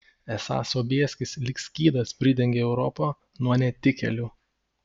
esą sobieskis lyg skydas pridengė europą nuo netikėlių